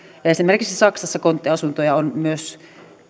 esimerkiksi saksassa konttiasuntoja on myös